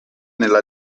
nella